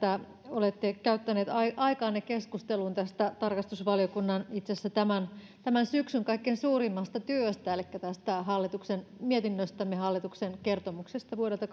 että olette käyttäneet aikaanne keskusteluun tästä tarkastusvaliokunnan itse asiassa tämän syksyn kaikkein suurimmasta työstä elikkä tästä mietinnöstämme hallituksen kertomuksesta vuodelta